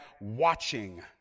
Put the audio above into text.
watching